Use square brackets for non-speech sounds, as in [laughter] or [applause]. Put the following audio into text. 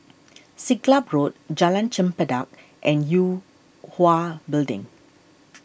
[noise] Siglap Road Jalan Chempedak and Yue Hwa Building